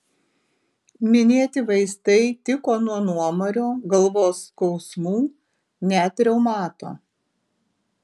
minėti vaistai tiko nuo nuomario galvos skausmų net reumato